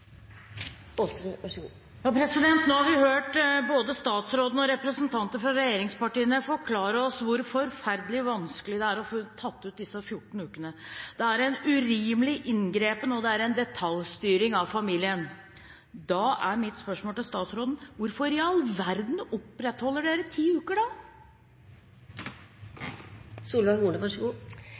å få tatt ut disse 14 ukene – det er en urimelig inngripen, og det er en detaljstyring av familien. Da er mitt spørsmål til statsråden: Hvorfor i all verden opprettholder man ti uker da? Jeg regner med at representanten Rigmor Aasrud har lest både Høyres og Fremskrittspartiets partiprogram, der det står at vi ønsker å avvikle fedrekvoten. Så